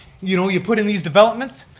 you know you put in these developments,